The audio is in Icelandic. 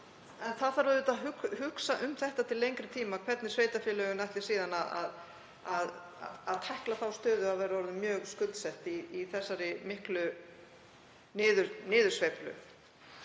auðvitað að hugsa um það til lengri tíma hvernig sveitarfélögin ætla síðan að tækla þá stöðu að vera orðin mjög skuldsett í þessari miklu niðursveiflu.